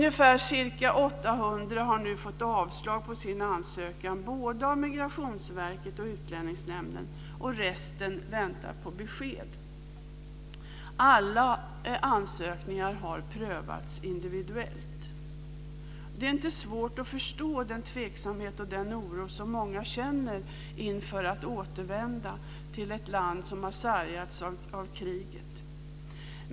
Ca 800 har nu fått avslag på sin ansökan både av Migrationsverket och Utlänningsnämnden och resten väntar på besked. Alla ansökningar har prövats individuellt. Det är inte svårt att förstå den tveksamhet och den oro som många känner inför att återvända till ett land som har sargats av kriget.